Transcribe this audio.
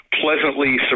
pleasantly